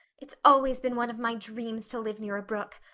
it's always been one of my dreams to live near a brook.